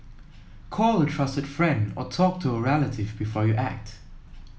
call a trusted friend or talk to a relative before you act